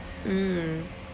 mm